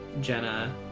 jenna